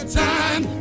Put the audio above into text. time